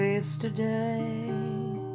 Yesterday